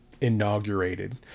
inaugurated